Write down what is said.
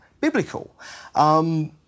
biblical